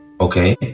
Okay